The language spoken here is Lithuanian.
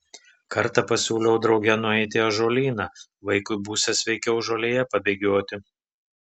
kartą pasiūliau drauge nueiti į ąžuolyną vaikui būsią sveikiau žolėje pabėgioti